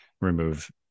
remove